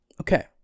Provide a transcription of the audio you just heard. Okay